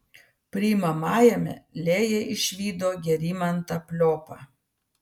priimamajame lėja išvydo gerimantą pliopą